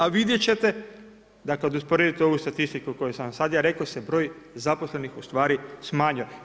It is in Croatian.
A vidjeti ćete da kad usporedite ovu statistiku, koju sam vam ja sad rekao se broj zaposlenih ustvari smanjio.